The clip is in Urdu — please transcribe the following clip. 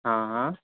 ہاں ہاں